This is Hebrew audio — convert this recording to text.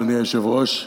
אדוני היושב-ראש,